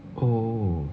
oh